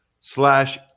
slash